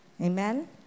Amen